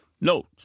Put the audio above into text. Note